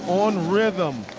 on rhythm.